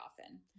often